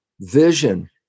Vision